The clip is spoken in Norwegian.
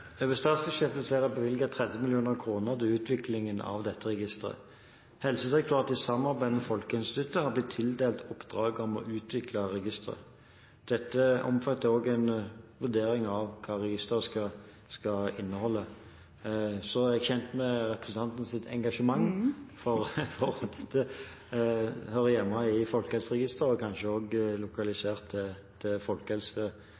Over statsbudsjettet er det bevilget 30 mill. kr til utviklingen av dette registeret. Helsedirektoratet, i samarbeid med Folkehelseinstituttet, er tildelt oppdraget om å utvikle registeret, og dette omfatter også en vurdering av hva registeret skal inneholde. Jeg er kjent med representantens engasjement for at dette hører hjemme i Folkehelseregisteret og kanskje